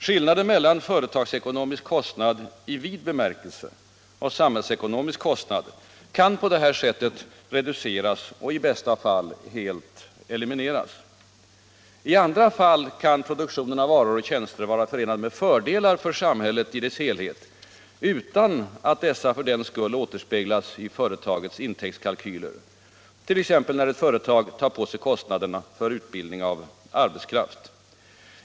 Skillnaden mellan företagsekonomisk kostnad i vid bemärkelse och samhällsekonomisk kostnad kan på detta sätt reduceras och i bästa fall helt elimineras. I andra fall kan produktion av varor och tjänster vara förenad med fördelar för samhället i dess helhet utan att dessa för den skull återspeglas i företagets intäktskalkyler, t.ex. när ett företag tar på sig kostnaderna för utbildning av arbetskraft.